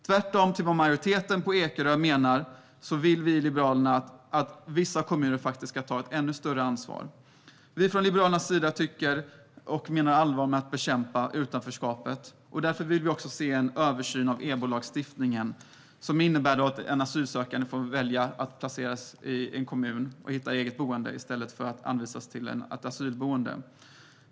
Tvärtemot vad majoriteten på Ekerö menar vill vi i Liberalerna att vissa kommuner ska ta ett större ansvar. Liberalerna menar allvar med att bekämpa utanförskapet. Vi vill därför se en översyn av EBO-lagstiftningen, som innebär att asylsökande får välja att placeras i en kommun och hitta eget boende i stället för att anvisas till ett asylboende.